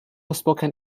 spoken